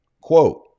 Quote